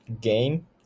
game